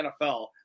NFL